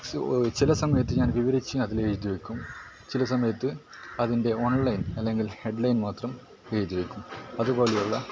ചില സമയത്ത് ഞാൻ വിവരിച്ച് അതിലെഴുതി വയ്ക്കും ചില സമയത്ത് അതിൻറ്റെ ഓൺലൈൻ അല്ലെങ്കിൽ ഹെഡ് ലൈൻ മാത്രം എഴുതി വ യ്ക്കും അതുപോലെയുള്ള